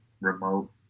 remote